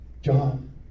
John